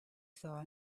saw